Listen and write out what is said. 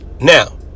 Now